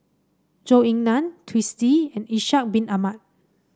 Zhou Ying Nan Twisstii and Ishak Bin Ahmad